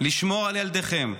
לשמור על ילדיכם,